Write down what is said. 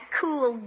cool